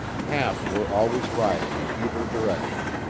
half were always riding in either direction,